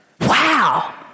Wow